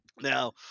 Now